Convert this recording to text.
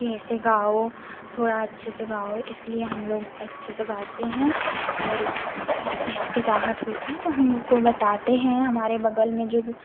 कि ऐसे गाओ थोड़ा अच्छे से गाओ इस लिए हम लोग अच्छे से गाते हैं और हिचकिचाहट होती है तो हम उनको बताते हैं हमारे बग़ल में जो भी